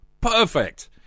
Perfect